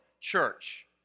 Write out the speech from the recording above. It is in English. church